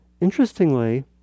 Interestingly